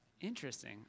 Interesting